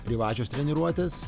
privačios treniruotės